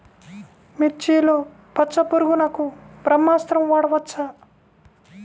మిర్చిలో పచ్చ పురుగునకు బ్రహ్మాస్త్రం వాడవచ్చా?